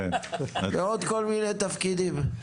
ועוד כל מיני תפקידים.